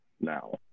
now